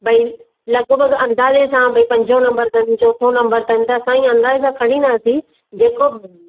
भई लॻभॻि अंदाजे सां भई पंजो नंबर अथनि चोथों नंबर अथनि त असां ईअं अंदाजे सां खणी ईंदासीं जेको